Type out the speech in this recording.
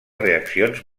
reaccions